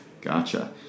Gotcha